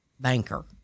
banker